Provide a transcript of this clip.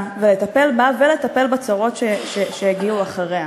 ולטפל בה ולטפל בצרות שיגיעו אחריה.